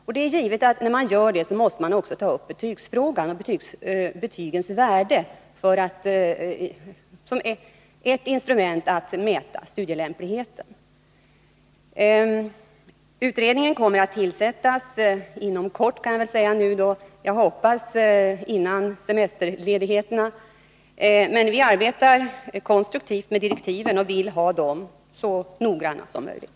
När man gör det är det givet att man måste ta upp betygsfrågan och betygens värde som ett instrument att mäta studielämpligheten. Utredningen kommer att tillsättas inom kort — före semesterledigheterna, hoppas jag. Vi arbetar nu konstruktivt med direktiven och vill ha dem så noggranna som möjligt.